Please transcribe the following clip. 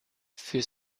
für